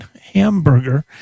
hamburger